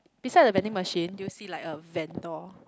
beside the vending machine do you see like a vendor